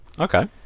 Okay